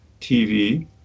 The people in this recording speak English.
TV